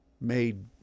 made